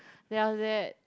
then after that